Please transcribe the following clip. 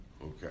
Okay